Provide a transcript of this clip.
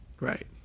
Right